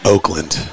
Oakland